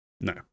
no